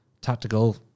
tactical